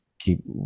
keep